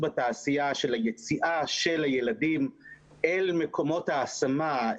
בתעשייה של היציאה של הילדים אל מקומות ההשמה,